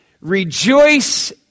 rejoice